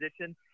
position